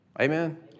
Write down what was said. Amen